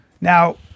Now –